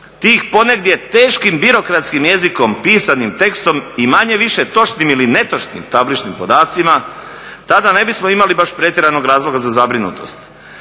tih ponegdje teškim birokratskim jezikom pisanim tekstom i manje-više točnim ili netočnim tabličnim podacima tada ne bismo imali baš pretjeranog razloga za zabrinutost.